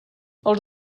els